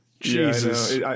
Jesus